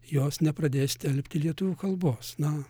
jos nepradės stelbti lietuvių kalbos na